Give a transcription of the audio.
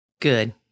Good